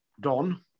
Don